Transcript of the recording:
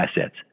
assets